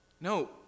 No